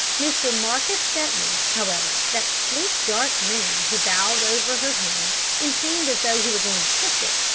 mr. marcus stepney, however, that sleek, dark man, who bowed over her hand and seemed as though he were going to kiss it,